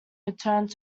returned